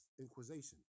inquisition